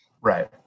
Right